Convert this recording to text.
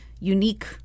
unique